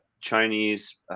chinese